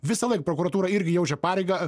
visąlaik prokuratūra irgi jaučia pareigą